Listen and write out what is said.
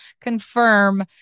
confirm